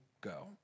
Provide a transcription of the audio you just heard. go